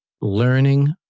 learning